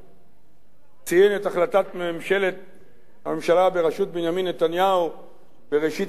ציין את החלטת הממשלה בראשות בנימין נתניהו בראשית 1997,